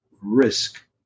risk